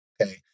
Okay